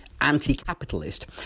anti-capitalist